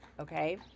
okay